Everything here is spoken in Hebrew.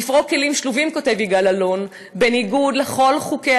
בספרו 'כלים שלובים' כותב יגאל אלון 'בניגוד לכל חוקי